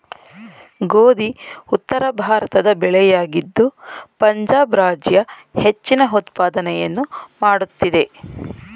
ಗೋಧಿ ಉತ್ತರಭಾರತದ ಬೆಳೆಯಾಗಿದ್ದು ಪಂಜಾಬ್ ರಾಜ್ಯ ಹೆಚ್ಚಿನ ಉತ್ಪಾದನೆಯನ್ನು ಮಾಡುತ್ತಿದೆ